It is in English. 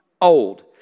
old